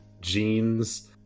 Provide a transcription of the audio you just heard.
jeans